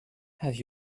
have